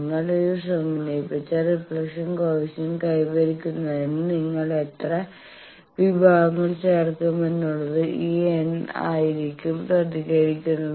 നിങ്ങൾ ഈ സമന്വയിപ്പിച്ച റിഫ്ലക്ഷൻ കോയെഫിഷ്യന്റ് കൈവരിക്കുന്നത്തിന് നിങ്ങൾ എത്ര വിഭാഗങ്ങൾ ചേർക്കുമെന്നുള്ളത് ഈ n ആയിരിക്കും പ്രതിനിധീകരിക്കുന്നത്